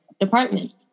department